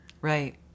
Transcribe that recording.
Right